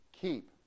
keep